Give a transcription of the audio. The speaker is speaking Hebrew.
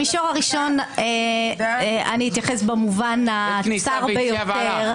במישור הראשון, אני אתייחס במובן הצר ביותר